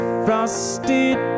frosted